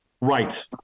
Right